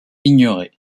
ignoré